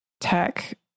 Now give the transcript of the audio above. Tech